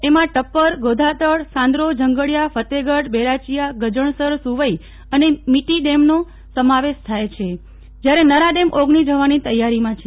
એમાં ટપ્પર ગોધાતડ સાન્દ્રો જંગડીયા ફતેહગઢ બેરાચીયા ગજણસર સુવઈ અને મિટી ડેમનો સમાવેશ થાય છે જયારે નરા ડેમ ઓગની જવાની તૈયારીમાં છે